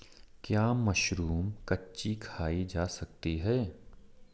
क्या मशरूम कच्ची खाई जा सकती है?